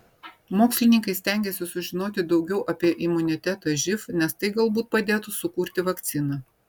mokslininkai stengiasi sužinoti daugiau apie imunitetą živ nes tai galbūt padėtų sukurti vakciną